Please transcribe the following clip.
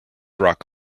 rock